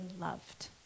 loved